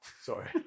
sorry